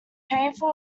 painful